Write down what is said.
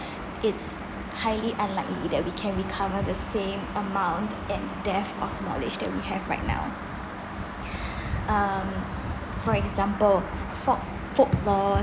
it's highly unlikely that we can recover the same amount and depth of knowledge that we have right now um for example folk folklores